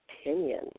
opinion